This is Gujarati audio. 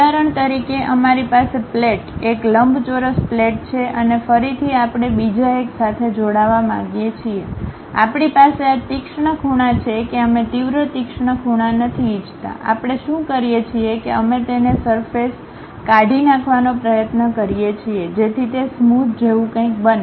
ઉદાહરણ તરીકે અમારી પાસે પ્લેટ એક લંબચોરસ પ્લેટ છે અને ફરીથી આપણે બીજા એક સાથે જોડાવા માગીએ છીએ આપણી પાસે આ તીક્ષ્ણ ખૂણા છે કે અમે તીવ્ર તીક્ષ્ણ ખૂણા નથી ઈચ્છતા આપણે શું કરીએ છીએ કે અમે તેને સરફેસ કાઢી નાખવાનો પ્રયત્ન કરીએ છીએ જેથી તે સ્મોધ જેવું કંઈક બને